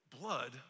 blood